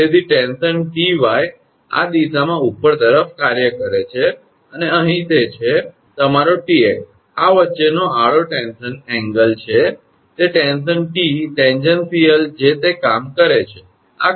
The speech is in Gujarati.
તેથી ટેન્શન 𝑇𝑦 આ દિશામાં ઉપર તરફ કાર્ય કરે છે અને અહીં તે છે તમારો 𝑇𝑥 આ વચ્ચેનો આડો ટેન્શન એંગલ છે તે ટેન્શન 𝑇 ટેજેન્શનલ જે તે કામ કરે છે